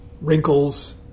wrinkles